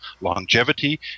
longevity